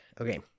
Okay